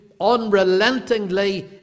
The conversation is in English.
unrelentingly